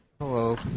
Hello